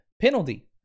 penalty